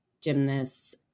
gymnasts